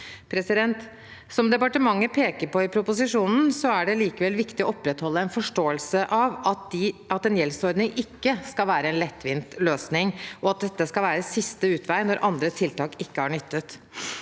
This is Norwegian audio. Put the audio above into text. Som departementet peker på i proposisjonen, er det likevel viktig å opprettholde en forståelse av at en gjeldsordning ikke skal være en lettvint løsning, og at dette skal være siste utvei når andre tiltak ikke har nyttet.